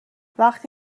وقتی